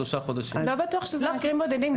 לא בטוח שזה מקרים בודדים.